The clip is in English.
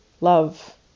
love